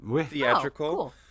theatrical